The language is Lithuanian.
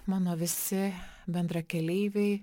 mano visi bendrakeleiviai